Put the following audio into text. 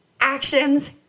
actions